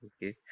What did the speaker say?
Okay